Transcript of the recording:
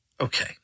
Okay